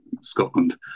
Scotland